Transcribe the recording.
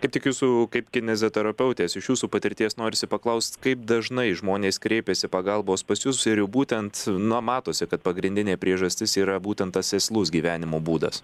kaip tik jūsų kaip kineziterapeutės iš jūsų patirties norisi paklaust kaip dažnai žmonės kreipiasi pagalbos pas jus ir jau būtent na matosi kad pagrindinė priežastis yra būtent tas sėslus gyvenimo būdas